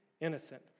innocent